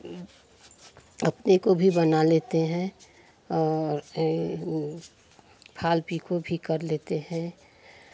अपने को भी बना लेते हैं और फाल पीको भी कर लेते हैं